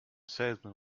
salesman